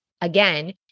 again